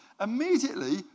Immediately